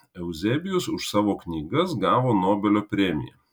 euzebijus už savo knygas gavo nobelio premiją